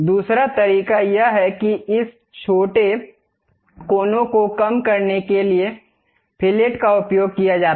दूसरा तरीका यह है कि इस छोटे कोनों को कम करने के लिए फिलेट का उपयोग किया जाए